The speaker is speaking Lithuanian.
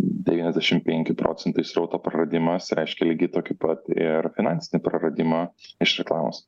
devyniasdešim penki procentai srauto praradimas reiškia lygiai tokį pat ir finansinį praradimą iš reklamos